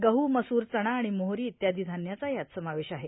गहू मसूर चणा आणि मोहरी इत्यादी धान्याचा यात समावेश आहे